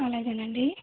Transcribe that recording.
అలాగేనండి